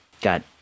got